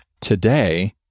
today